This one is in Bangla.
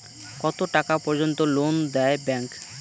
কত টাকা পর্যন্ত লোন দেয় ব্যাংক?